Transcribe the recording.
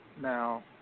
Now